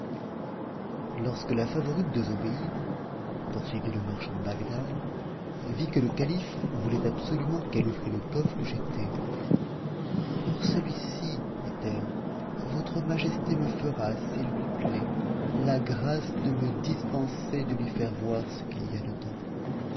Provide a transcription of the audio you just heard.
lorsque la favorite de zobéide poursuivit le marchand de bagdad vit que le calife voulait absolument qu'elle ouvrit le coffre où j'étais pour celui-ci dit-elle votre majesté me fera s'il lui plaît la grâce de me dispenser de lui faire voir ce qu'il y a dedans